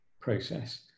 process